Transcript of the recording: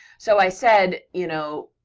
so i said, you know,